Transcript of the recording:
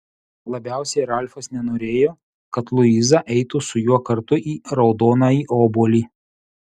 labiausiai ralfas nenorėjo kad luiza eitų su juo kartu į raudonąjį obuolį